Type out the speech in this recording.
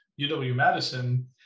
UW-Madison